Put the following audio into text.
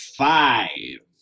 five